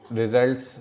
results